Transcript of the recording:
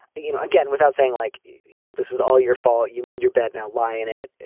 you know again without saying like you know this is all your fault. you made your bed now lie in it.